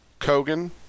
Kogan